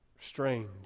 strange